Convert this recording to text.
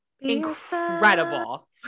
Incredible